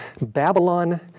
Babylon